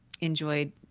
enjoyed